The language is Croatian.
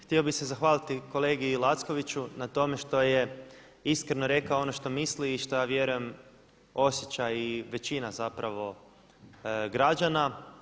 Htio bih se zahvaliti kolegi Lackoviću na tome što je iskreno rekao ono što misli i što ja vjerujem osjeća i većina zapravo građana.